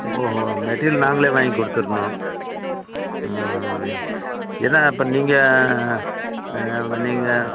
ஓஹோ மெட்டிரியல் நாங்கள் வாங்கி கொடுத்துட்ணும் எது அப்றம் நீங்கள் நீங்கள்